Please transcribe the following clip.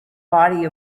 body